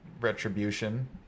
retribution